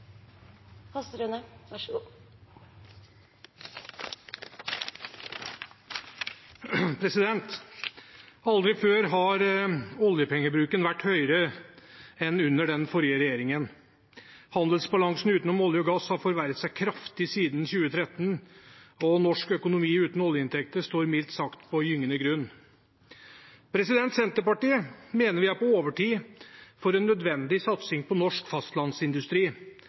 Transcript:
Aldri før har oljepengebruken vært høyere enn under den forrige regjeringen. Handelsbalansen utenom olje og gass har forverret seg kraftig siden 2013, og norsk økonomi uten oljeinntekter står mildt sagt på gyngende grunn. Senterpartiet mener vi er på overtid for en nødvendig satsing på norsk fastlandsindustri.